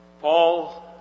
Paul